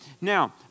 Now